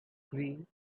green